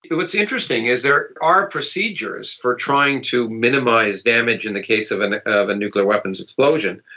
what's interesting is there are procedures for trying to minimise damage in the case of and of a nuclear weapons explosion.